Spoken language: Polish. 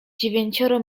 dziewięcioro